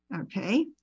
Okay